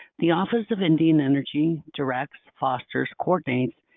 the office of indian energy directs, fosters, coordinates,